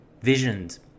visions